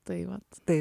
tai vat tai